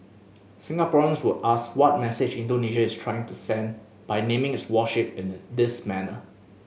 Singaporeans would ask what message Indonesia is trying to send by naming its warship in a this manner